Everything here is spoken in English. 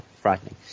frightening